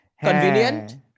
convenient